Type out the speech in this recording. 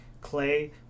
Clay